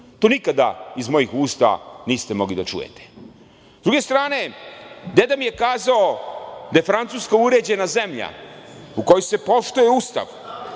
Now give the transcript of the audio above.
To nikada iz mojih usta niste mogli da čujete.S druge strane, deda mi je kazao da je Francuska uređena zemlja u kojoj se poštuje Ustav,